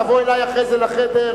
תבוא אלי אחרי זה לחדר,